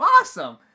awesome